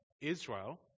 Israel